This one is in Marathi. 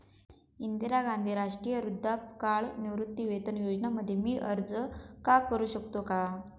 इंदिरा गांधी राष्ट्रीय वृद्धापकाळ निवृत्तीवेतन योजना मध्ये मी अर्ज का करू शकतो का?